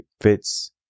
fits